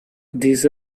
these